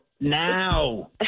Now